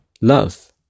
love